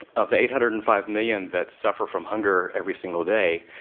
of the eight hundred and five million that suffer from hunger every single day,